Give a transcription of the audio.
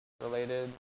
related